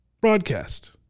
broadcast